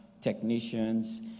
technicians